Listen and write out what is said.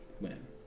win